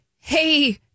Hey